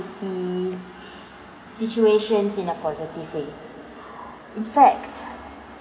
see situations in a positive way in fact